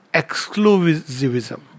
exclusivism